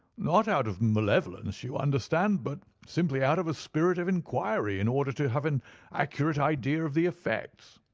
not out of malevolence, you understand, but simply out of a spirit of inquiry in order to have an accurate idea of the effects.